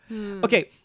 Okay